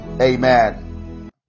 Amen